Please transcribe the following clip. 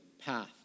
path